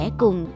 cùng